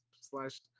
slash